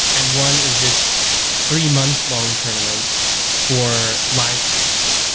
and one is this three-month long tournament for live test.